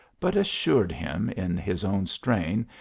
but assured him, in his own strain,